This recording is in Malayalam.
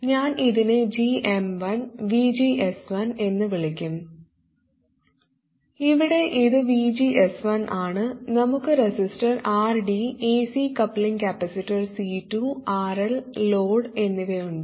ഞാൻ ഇതിനെ gm1VGS1 എന്ന് വിളിക്കും ഇവിടെ ഇത് VGS1 ആണ് നമുക്ക് resistor RD AC coupling capacitor C2 RL load എന്നിവയുണ്ട്